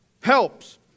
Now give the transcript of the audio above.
Helps